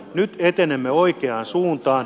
nyt etenemme oikeaan suuntaan